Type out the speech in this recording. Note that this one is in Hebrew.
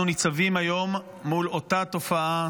אנחנו ניצבים היום מול אותה תופעה